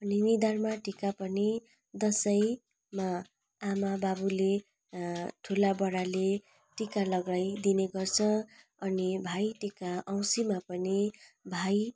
अनि निधारमा टीका पनि दसैँमा आमा बाबुले ठुला बडाले टीका लगाइदिने गर्छ अनि भाइटीका औँसीमा पनि भाइ